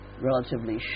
relatively